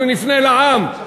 אנחנו נפנה לעם.